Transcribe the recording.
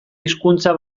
hizkuntza